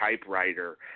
typewriter